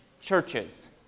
churches